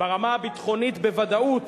ברמה הביטחונית בוודאות,